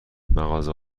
مغازه